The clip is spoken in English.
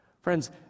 Friends